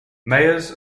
mayors